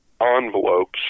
envelopes